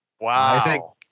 Wow